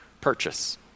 purchase